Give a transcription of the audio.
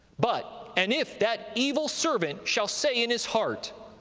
but and if that evil servant shall say in his heart,